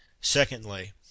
Secondly